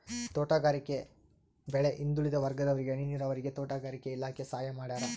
ತೋಟಗಾರಿಕೆ ಬೆಳೆಗೆ ಹಿಂದುಳಿದ ವರ್ಗದವರಿಗೆ ಹನಿ ನೀರಾವರಿಗೆ ತೋಟಗಾರಿಕೆ ಇಲಾಖೆ ಸಹಾಯ ಮಾಡ್ಯಾರ